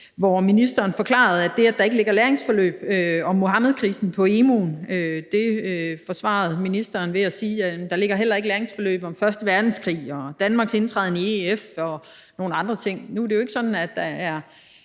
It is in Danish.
hvor ministeren forklarede det, at der ikke ligger læringsforløb om Muhammedkrisen på emu.dk, med at sige, at der heller ikke ligger læringsforløb om første verdenskrig og Danmarks indtræden i EF og nogle andre ting. Nu er det jo mig bekendt ikke sådan, at der er